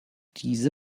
diese